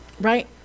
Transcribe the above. Right